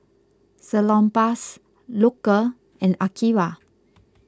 Salonpas Loacker and Akira